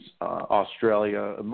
Australia